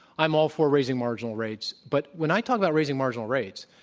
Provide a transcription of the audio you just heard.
i'm all for raising marginal rates. but, when i talk about raising marginal rates,